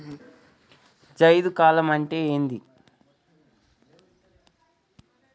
జైద్ కాలం అంటే ఏంది?